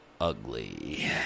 ugly